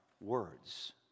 words